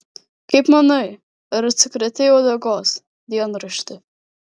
kaip manai ar atsikratei uodegos dienrašti